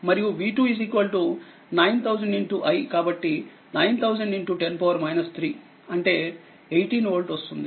v2 9000i కాబట్టి 900010 3అంటే 18 volt వస్తుంది